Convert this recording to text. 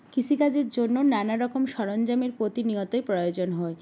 কৃষিকাজের জন্য নানা রকম সরঞ্জামের প্রতিনিয়তই প্রয়োজন হয়